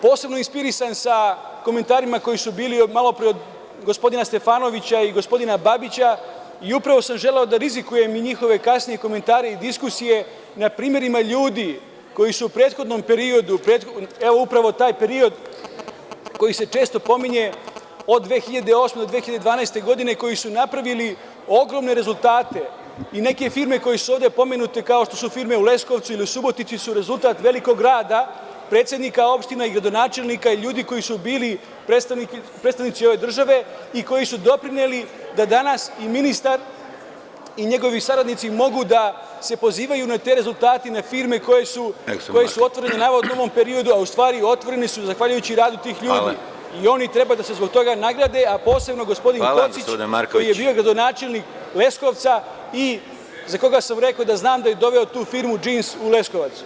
Posebno sam inspirisan komentarima koji su bili malo pre od gospodina Stefanovića i gospodina Babića i upravo sam želeo da rizikujem i njihove kasnije komentare i diskusije na primerima ljudi koji su u prethodnom periodu, upravo taj period koji se često pominje, od 2008. do 2012. godine, koji su napravili ogromne rezultate i neke firme koje su ovde pomenute, kao što su firme u Leskovcu ili u Subotici, rezultat su velikog rada predsednika opština i gradonačelnika i ljudi koji su bili predstavnici ove države i koji su doprineli da danas i ministar i njegovi saradnici mogu da se pozivaju na te rezultate i firme koje su otvorene navodno u ovom periodu, a u stvari otvorene su zahvaljujući radu tih ljudi i oni treba da se zbog toga nagrade, a posebno gospodin Kocić, koji je bio gradonačelnik Leskovca i za koga sam rekao da znam da je doveo tu firmu „Džins“ u Leskovac.